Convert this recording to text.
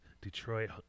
Detroit